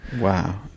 wow